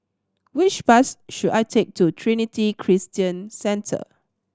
which bus should I take to Trinity Christian Centre